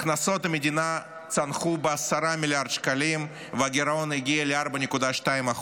הכנסות המדינה צנחו ב-10 מיליארד שקלים והגירעון הגיע ל-4.2%,